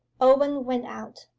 owen went out.